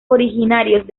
originarios